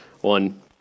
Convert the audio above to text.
One